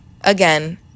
Again